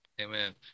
Amen